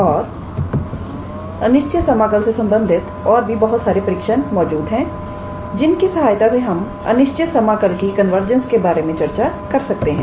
और अनिश्चित समाकल से संबंधित और भी बहुत सारे परीक्षण मौजूद हैं जिनकी सहायता से हम अनिश्चित समाकल की कन्वर्जंस के बारे में चर्चा कर सकते हैं